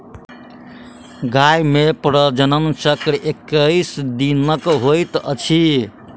गाय मे प्रजनन चक्र एक्कैस दिनक होइत अछि